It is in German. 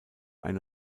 eine